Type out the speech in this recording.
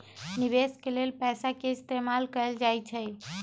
निवेश के लेल पैसा के इस्तमाल कएल जाई छई